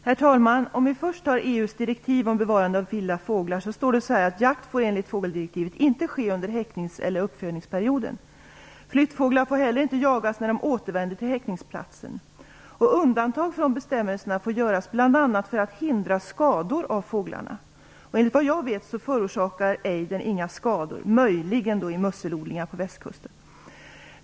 Herr talman! Låt mig först ta EU:s direktiv om bevarande av vilda fåglar. Det står att jakt enligt fågeldirektiv inte får ske under häcknings eller uppfödingsperioden. Flyttfåglar får inte heller jagas när de återvänder till häckningsplatsen. Undantag från bestämmelserna får göras bl.a. för att hindra skador av fåglarna. Enligt vad jag vet förorsakar ejder inga skador, möjligen i musselodlingar på Västkusten.